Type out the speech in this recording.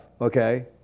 okay